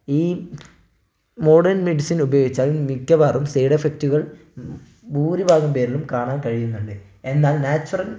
ഈ modern medicine ഉപയോഗിച്ചാൽ മിക്കവാറും സൈഡ് എഫക്ടുകൾ ഭൂരിഭാഗം പേരിലും കാണാൻ കഴിയുന്നല്ലേ എന്നാൽ നാച്ചുറൽ